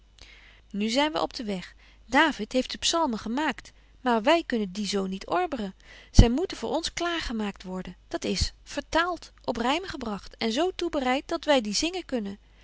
nu zyn wy op den weg david heeft de psalmen gemaakt maar wy kunnen die zo niet orberen zy moeten voor ons klaar gemaakt worden dat is vertaalt op rym gebragt en zo toebereit dat wy die zingen kunnen